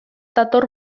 dator